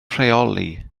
rheoli